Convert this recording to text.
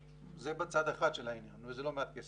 זה בצד אחד של העניין וזה לא מעט כסף.